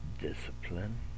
discipline